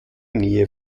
nähe